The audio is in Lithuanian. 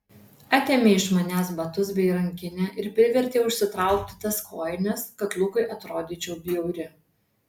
atėmė iš manęs batus bei rankinę ir privertė užsitraukti tas kojines kad lukui atrodyčiau bjauri